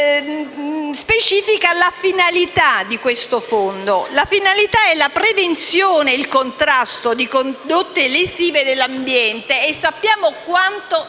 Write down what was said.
al comma 2, specifica la finalità di questo Fondo: la prevenzione e il contrasto di condotte lesive dell'ambiente (e sappiamo quanto